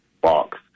box